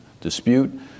dispute